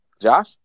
Josh